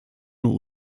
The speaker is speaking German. nur